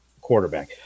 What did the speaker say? quarterback